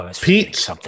Pete